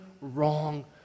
wrong